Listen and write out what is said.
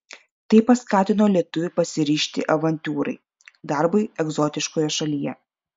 tai paskatino lietuvį pasiryžti avantiūrai darbui egzotiškoje šalyje